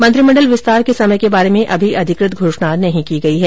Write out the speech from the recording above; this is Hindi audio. मंत्रिमंडल विस्तार के समय के बारे में अभी अधिकृत घोषणा नहीं की गई है